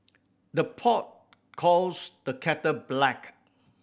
the pot calls the kettle black